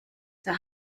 der